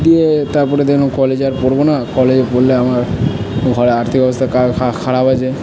দিয়ে তার পরে দেখলাম কলেজে আর পড়ব না কলেজে পড়লে আমার ঘরে আর্থিক অবস্থা খারাপ আছে